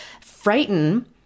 frighten